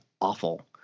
awful